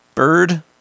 bird